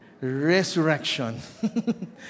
Resurrection